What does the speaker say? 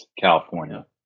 california